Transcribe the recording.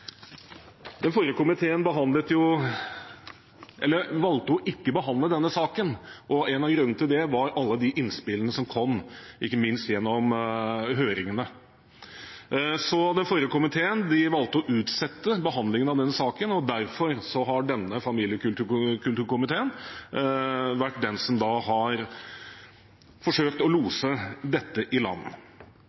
Den forrige komiteen valgte å ikke behandle denne saken, og en av grunnene til det var alle de innspillene som kom, ikke minst gjennom høringene. Den forrige komiteen valgte å utsette behandlingen av denne saken, og derfor har denne familie- og kulturkomiteen vært den som har forsøkt å lose dette i land.